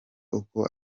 uko